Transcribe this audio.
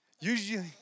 usually